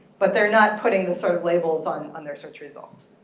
but they're not putting this sort of labels on on their search results.